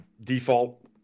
default